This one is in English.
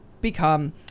become